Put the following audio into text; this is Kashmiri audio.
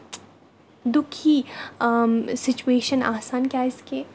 دُکھی سُچویشَن آسان کیٛازِکہِ